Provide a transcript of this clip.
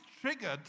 triggered